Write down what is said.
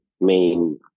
main